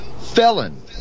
felon